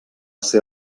ser